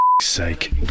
sake